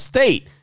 State